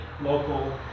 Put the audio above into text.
local